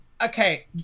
Okay